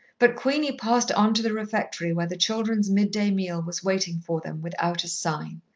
but queenie passed on to the refectory where the children's mid-day meal was waiting for them without a sign.